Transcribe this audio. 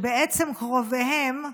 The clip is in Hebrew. שבעצם קרוביהם,